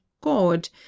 God